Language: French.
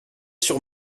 sur